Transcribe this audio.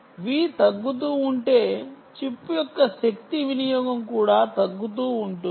V తగ్గుతూ ఉంటే chip యొక్క శక్తి వినియోగం కూడా తగ్గుతూ ఉంటుంది